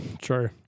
true